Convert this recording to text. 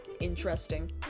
interesting